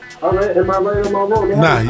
Nah